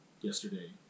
yesterday